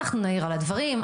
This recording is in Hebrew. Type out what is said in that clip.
אנחנו נעיר על הדברים,